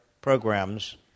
programs